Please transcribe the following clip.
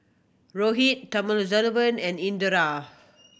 Rohit Thamizhavel and Indira